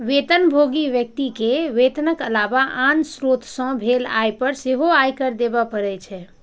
वेतनभोगी व्यक्ति कें वेतनक अलावा आन स्रोत सं भेल आय पर सेहो आयकर देबे पड़ै छै